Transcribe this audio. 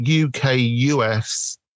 UK-US